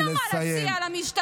אין לו מה להציע למשטרה.